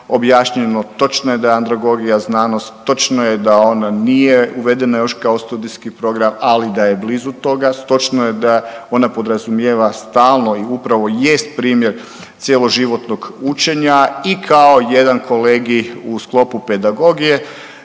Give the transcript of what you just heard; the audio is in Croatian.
objašnjeno. Točno je da je androgogija znanost, točno je da ona nije uvedena još kao studijski program, ali da je blizu toga, točno je da ona podrazumijeva stalno i upravo jest primjer cjeloživotnog učenja. I kao jedan kolegij u sklopu pedagogije